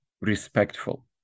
respectful